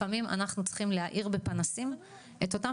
לפעמים אנחנו צריכים להאיר בפנסים את אותן